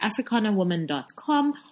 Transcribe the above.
africanawoman.com